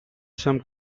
some